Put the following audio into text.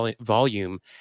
volume